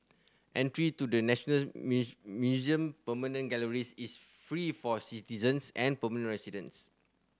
entry to the National Museum permanent galleries is free for citizens and permanent residents